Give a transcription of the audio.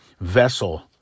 vessel